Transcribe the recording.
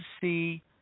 see